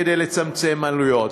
כדי לצמצם עלויות.